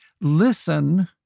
listen